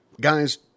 guys